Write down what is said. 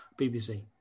BBC